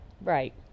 right